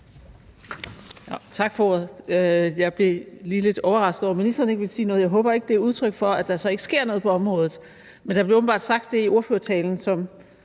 Tak for ordet. Jeg blev lige lidt overrasket over, at ministeren ikke ville sige noget. Jeg håber ikke, det er udtryk for, at der så ikke sker noget på området. Men der blev åbenbart sagt det i den første tale, som